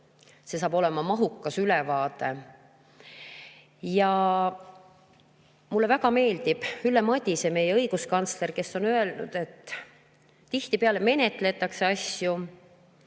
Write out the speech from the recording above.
See saab olema mahukas ülevaade. Ja mulle väga meeldib Ülle Madise, meie õiguskantsler, kes on öelnud, et tihtipeale menetletakse asju